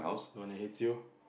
no leh it's you